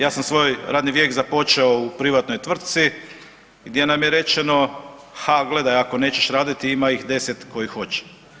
Ja sam svoj radni vijek započeo u privatnoj tvrtci, gdje nam je rečeno, ha gledaj, ako nećeš raditi ima ih deset koji hoće.